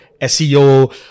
SEO